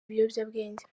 ibiyobyabwenge